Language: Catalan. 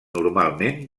normalment